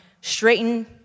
straighten